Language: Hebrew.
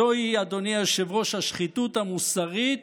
זוהי, אדוני היושב-ראש, השחיתות המוסרית